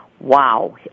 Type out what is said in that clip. wow